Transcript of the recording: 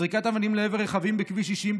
זריקת אבנים לעבר רכבים בכביש 60,